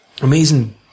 amazing